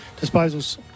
disposals